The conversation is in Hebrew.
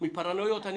פיפס, כשזה גם לא עולה?